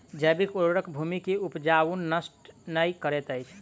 जैविक उर्वरक भूमि के उपजाऊपन नष्ट नै करैत अछि